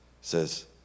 says